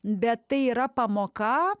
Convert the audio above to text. bet tai yra pamoka